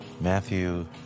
Matthew